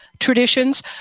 traditions